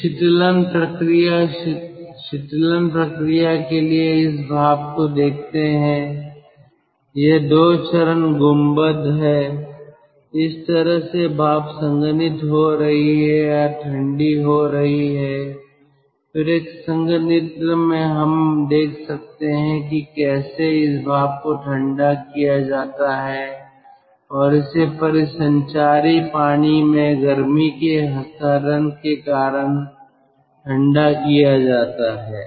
तो शीतलन प्रक्रिया शीतलन प्रक्रिया के लिए इस भाप को देखते हैं यह 2 चरण गुंबद है इस तरह से भाप संघनित हो रही है या ठंडी हो रही है फिर एक संघनित्र में हम देख सकते हैं कि कैसे इस भाप को ठंडा किया जाता है और इसे परिसंचारी पानी में गर्मी के हस्तांतरण के कारण ठंडा किया जाता है